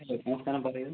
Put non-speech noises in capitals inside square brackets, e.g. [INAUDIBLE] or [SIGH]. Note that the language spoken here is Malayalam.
[UNINTELLIGIBLE] നമസ്കാരം പറയു